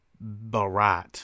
Barat